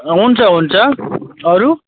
हुन्छ हुन्छ अरू